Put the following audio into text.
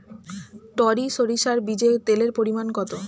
টরি সরিষার বীজে তেলের পরিমাণ কত?